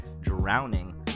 drowning